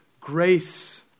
grace